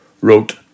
wrote